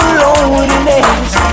loneliness